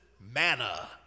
manna